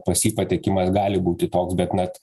pas jį patekimas gali būti toks bet net